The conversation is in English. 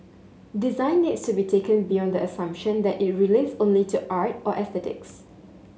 design needs to be taken beyond the assumption that it relates only to art or aesthetics